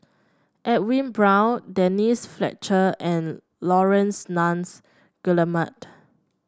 Edwin Brown Denise Fletcher and Laurence Nunns Guillemard